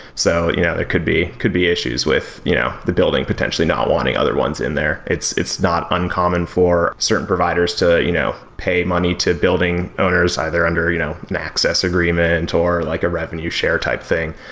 so you know it could be could be issues with you know the building potentially not wanting other ones in there. it's it's not uncommon for certain providers to you know pay money to building owners, either under you know an access agreement, or like a revenue share type thing.